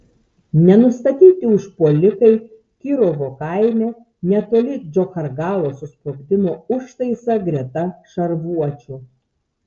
nenustatyti užpuolikai kirovo kaime netoli džochargalos susprogdino užtaisą greta šarvuočio